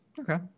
Okay